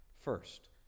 First